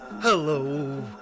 Hello